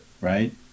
right